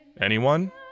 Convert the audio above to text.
Anyone